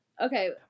Okay